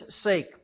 sake